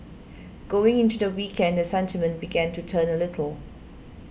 going into the weekend the sentiment began to turn a little